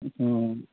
ا